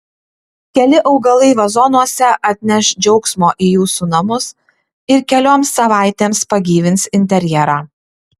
keli augalai vazonuose atneš džiaugsmo į jūsų namus ir kelioms savaitėms pagyvins interjerą